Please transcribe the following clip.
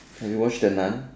have you watched the nun